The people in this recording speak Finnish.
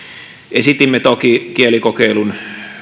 esitimme toki